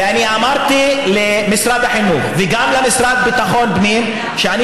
ואני אמרתי למשרד החינוך וגם למשרד ביטחון הפנים שאני